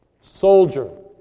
soldier